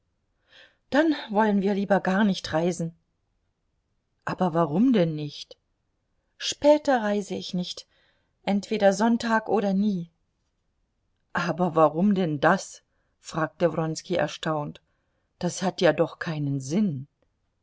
dann wollen wir lieber gar nicht reisen aber warum denn nicht später reise ich nicht entweder sonntag oder nie aber warum denn das fragte wronski erstaunt das hat ja doch keinen sinn